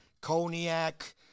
cognac